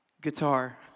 guitar